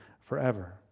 forever